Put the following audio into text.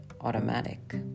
automatic